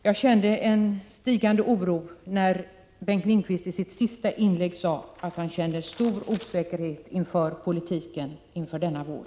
Jag kände en stigande oro när Bengt Lindqvist i sitt senaste inlägg sade att han kände stor osäkerhet inför politiken denna vår.